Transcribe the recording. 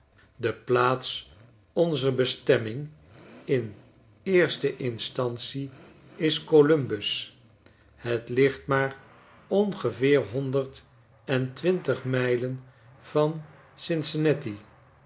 de plaats onzer bestemming in eerste instance is columbus het ligt maar ongeveer honderd en twintig mijlen van